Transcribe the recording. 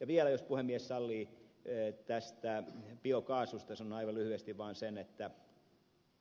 ja vielä jos puhemies sallii tästä biokaasusta sanon aivan lyhyesti vaan sen että